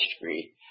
history